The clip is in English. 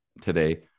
today